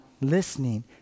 listening